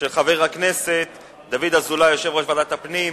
של חבר הכנסת דוד אזולאי, יושב-ראש ועדת הפנים,